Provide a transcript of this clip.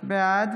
בעד